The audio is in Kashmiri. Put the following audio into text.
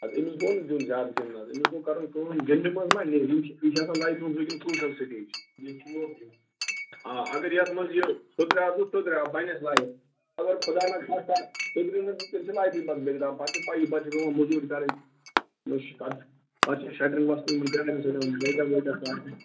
اَدٕ أمِس گوٚو نہٕ دیُن زیادٕ گِنٛدنہٕ حظ أمِس گوٚو کَرُن کٲم گِنٛدنہٕ منٛز ما نیٚرِِ یِم چھِ یہِ چھُ آسان لایفہِ ہُنٛد وُنکٮ۪ن کرٛوٗشل سِٹیج آ اگر یتھ منٛز یہِ سُدھرٲو تہٕ سُدھرٲو تہٕ بَنٮ۪س لایف اگر خدا نہَ خاستہٕ سُدھرِ نہٕ تہٕ تیٚلہِ چھِ لایفے پتہٕ بِگڑان پتہٕ چھِ پیی پتہِ چھِ پٮ۪وان مزوٗر کرٕنۍ یِہَے چھِ کتھ پتہٕ چھُ